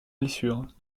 blessures